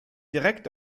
direkt